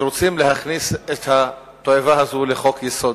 רוצים להכניס את התועבה הזאת לחוק-יסוד.